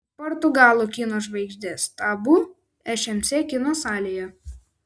portugalų kino žvaigždės tabu šmc kino salėje